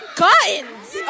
guns